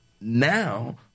Now